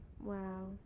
Wow